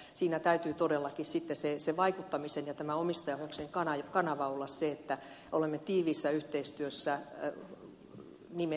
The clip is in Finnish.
eli siinä täytyy todellakin vaikuttamisen ja omistajaohjauksen kanavan olla se että olemme tiiviissä yhteistyössä